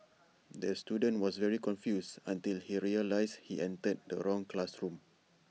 the student was very confused until he realised he entered the wrong classroom